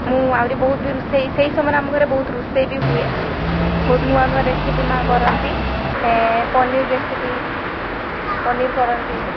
ମୁଁ ଆହୁରି ବହୁତ ବି ରୋଷେଇ ସେଇ ସମୟରେ ଆମ ଘରେ ବହୁତ ରୋଷେଇ ବି ହୁଏ ବହୁତ ନୂଆ ନୂଆ ରେସିପି ମାଆ କରନ୍ତି ପନିର ରେସିପି ପନିର କରନ୍ତି